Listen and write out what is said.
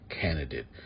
candidate